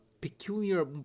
peculiar